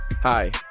Hi